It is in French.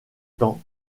temps